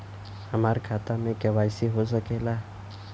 हमार खाता में के.वाइ.सी हो सकेला?